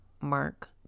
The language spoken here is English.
Mark